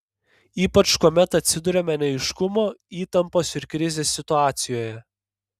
ypač kuomet atsiduriame neaiškumo įtampos ir krizės situacijoje